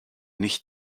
nicht